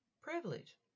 privilege